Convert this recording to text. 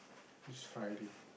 this Friday